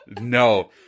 No